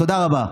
תודה רבה.